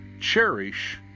cherish